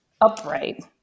upright